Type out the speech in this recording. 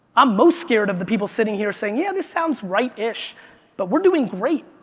i'm most scared of the people sitting here saying, yeah, this sounds rightish but we're doing great.